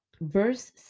verse